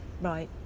right